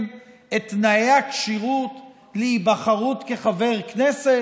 את תנאי הכשירות להיבחרות כחבר כנסת?